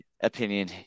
opinion